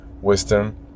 wisdom